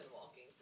walking